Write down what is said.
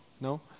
No